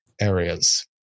areas